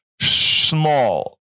small